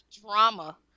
drama